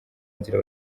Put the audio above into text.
nzira